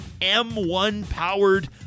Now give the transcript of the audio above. M1-powered